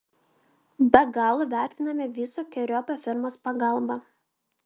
be galo vertiname visokeriopą firmos pagalbą